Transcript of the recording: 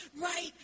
right